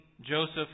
Joseph